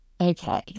Okay